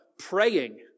praying